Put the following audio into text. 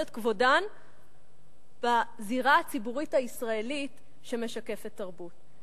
את כבודן בזירה הציבורית הישראלית שמשקפת תרבות.